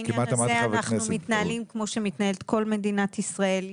בעניין הזה אנחנו מתנהלים כמו שמתנהלת כל מדינת ישראל.